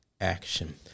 action